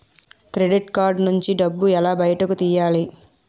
Credit card నుంచి డబ్బు బయటకు ఎలా తెయ్యలి?